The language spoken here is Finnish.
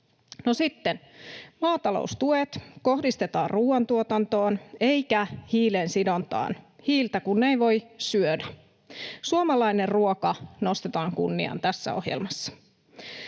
maataloustuet kohdistetaan ruoantuotantoon eikä hiilensidontaan, hiiltä kun ei voi syödä. Suomalainen ruoka nostetaan kunniaan tässä ohjelmassa.